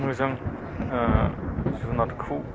मोजां जुनारखौ